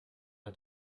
hat